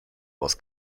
was